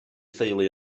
theulu